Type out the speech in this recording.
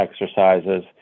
exercises